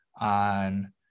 on